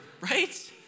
right